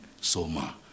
soma